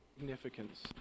significance